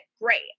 great